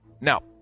Now